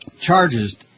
Charges